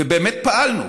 ובאמת פעלנו,